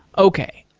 okay,